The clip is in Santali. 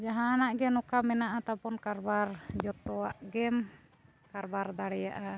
ᱡᱟᱦᱟᱱᱟᱜ ᱜᱮ ᱱᱚᱝᱠᱟ ᱢᱮᱱᱟᱜᱼᱟ ᱛᱟᱵᱚᱱ ᱠᱟᱨᱵᱟᱨ ᱡᱚᱛᱚᱣᱟᱜ ᱜᱮᱢ ᱠᱟᱨᱵᱟᱨ ᱫᱟᱲᱮᱭᱟᱜᱼᱟ